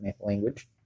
language